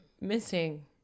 missing